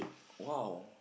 !wow!